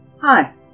Hi